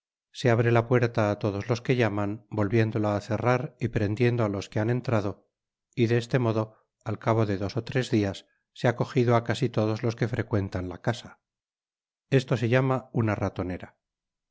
se abre la puerta á todos los que llaman volviéndola á cerrar y prendiendo á los que han entrado y de este modo al cabo de dos ó tres dias se ha cojido á casi todos los que frecuentan la casa esto se llama una ratonera